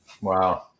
Wow